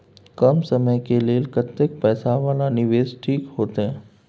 कम समय के लेल कतेक पैसा वाला निवेश ठीक होते?